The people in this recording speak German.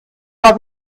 mal